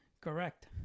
Correct